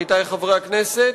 עמיתי חברי הכנסת,